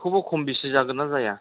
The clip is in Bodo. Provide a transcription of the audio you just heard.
बेखौबो खम बिसि जागोनना जाया